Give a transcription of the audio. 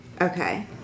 Okay